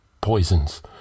poisons